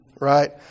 right